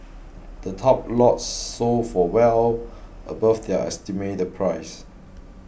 the top lots sold for well above their estimated price